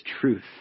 truth